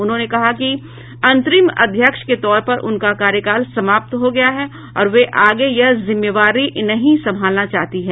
उन्होंने कहा है कि अंतरिम अध्यक्ष के तौर पर उनका कार्यकाल समाप्त हो गया है और वे आगे यह जिम्मेवारी नहीं संभालना चाहती है